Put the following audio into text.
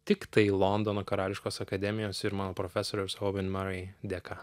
tiktai londono karališkos akademijos ir mano profesoriaus ovin mari dėka